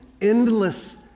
endless